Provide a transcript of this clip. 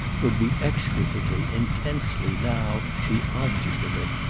would be exquisitely, intensely now the object of it.